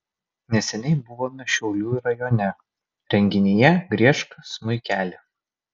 neseniai buvome šiaulių rajone renginyje griežk smuikeli